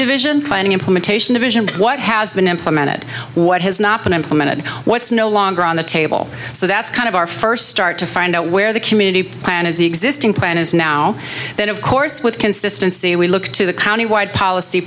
ivision planning implementation a vision that what has been implemented what has not been implemented what's no longer on the table so that's kind of our first start to find out where the community plan is the existing plan is now that of course with consistency we look to the county wide policy